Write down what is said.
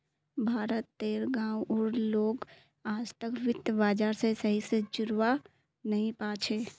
भारत तेर गांव उर लोग आजतक वित्त बाजार से सही से जुड़ा वा नहीं पा छे